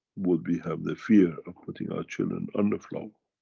would we have the fear of putting our children on the floor?